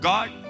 God